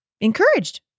Encouraged